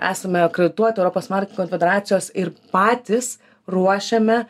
esame akredituoti europos marketingo konfederacijos ir patys ruošiame